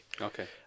Okay